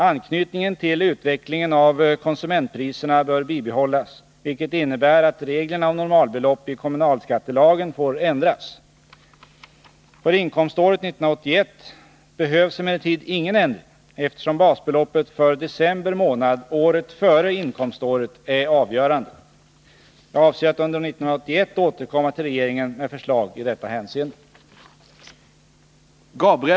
Anknytningen till utvecklingen av konsumentpriserna bör bibehållas, vilket innebär att reglerna om normalbelopp i kommunalskattelagen får ändras. För inkomståret 1981 behövs emellertid ingen ändring, eftersom basbeloppet för december månad året före inkomståret är avgörande. Jag avser att under år 1981 återkomma till regeringen med förslag i detta hänseende.